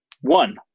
one